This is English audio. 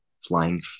Flying